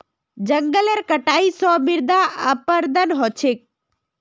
जंगलेर कटाई स मृदा अपरदन ह छेक